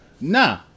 Nah